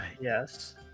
yes